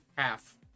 half